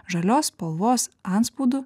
žalios spalvos antspaudu